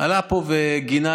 לייצר פה מה שכבר,